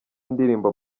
indirimbo